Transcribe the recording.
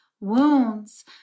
wounds